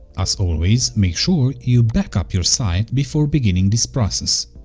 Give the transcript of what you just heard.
as always, make sure you back up your site before beginning this process.